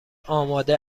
آماده